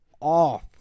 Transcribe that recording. off